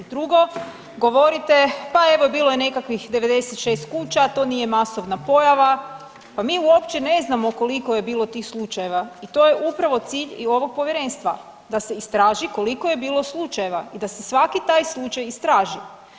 Drugo govorite pa evo bilo je nekakvih 96 kuća to nije masovna pojava, pa mi uopće ne znamo koliko je bilo tih slučajeva i to je upravo cilj i ovog povjerenstva da se istraži koliko je bilo slučajeva i da se svaki taj slučaj istraži.